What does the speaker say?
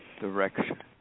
direction